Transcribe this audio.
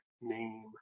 name